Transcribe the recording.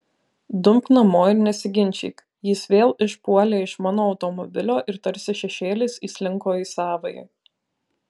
dumk namo ir nesiginčyk jis vėl išpuolė iš mano automobilio ir tarsi šešėlis įslinko į savąjį